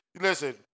listen